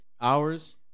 Hours